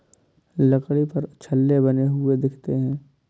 लकड़ी पर छल्ले बने हुए दिखते हैं